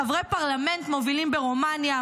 חברי פרלמנט מובילים ברומניה,